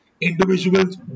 Individuals